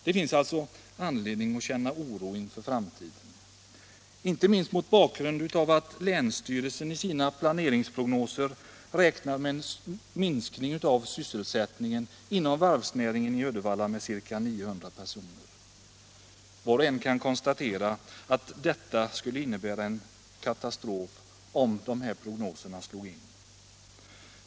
Det finns anledning att känna oro inför framtiden, inte minst mot Allmänpolitisk debatt Allmänpolitisk debatt bakgrund av att länsstyrelsen i sina planeringsprognoser räknar med en minskning av sysselsättningen inom varvsnäringen i Uddevalla med ca 900 personer. Var och en kan konstatera att det skulle innebära en katastrof om dessa prognoser skulle slå in.